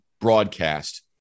broadcast